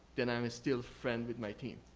then i'm and still friend with my team.